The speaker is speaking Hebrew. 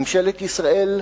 ממשלת ישראל רצינית,